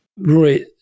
Roy